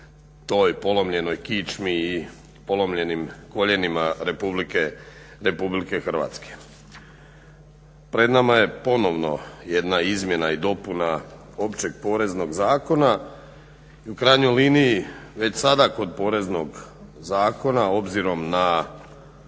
toj polomljenoj kičmi i polomljenim koljenima Republike Hrvatske. Pred nama je ponovno jedna izmjena i dopuna Općeg poreznog zakona i u krajnjoj liniji već sada kod poreznog zakona obzirom na